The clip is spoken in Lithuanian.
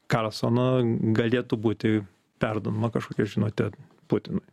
karlsoną galėtų būti perduodama kažkokią žinutė putinui